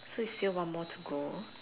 so it's still one more to go